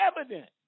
evident